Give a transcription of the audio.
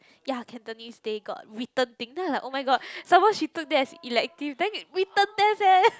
ya Cantonese they got written thing then I was like oh-my-god some more she took that as elective then written test eh